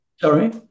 Sorry